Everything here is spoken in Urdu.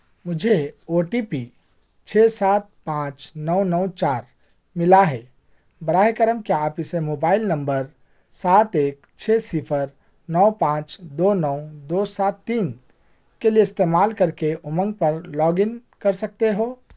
مجھے او ٹی پی چھ سات پانچ نو نو چار مِلا ہے براہِ کرم کیا آپ اِسے موبائل نمبر سات ایک چھ صفر نو پانچ دو نو دو سات تین کے لیے استعمال کر کے اُمنگ پر لاگ اِن کر سکتے ہو